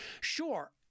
Sure